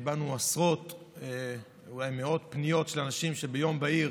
קיבלנו עשרות ואולי מאות פניות של אנשים שביום בהיר